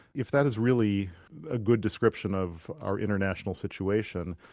if that is really a good description of our international situation,